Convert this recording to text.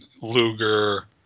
Luger